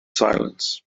silence